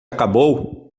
acabou